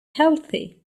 healthy